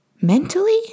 mentally